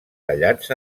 tallats